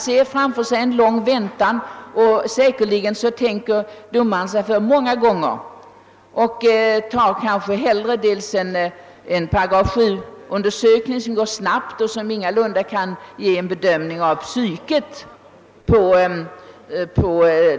Domaren tänker sig säkerligen för många gånger och tar kanske hellre en 8 7-utredning som går snabbt men ingalunda ger en fullständig bedömning av psyket.